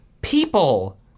People